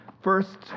first